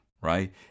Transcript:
right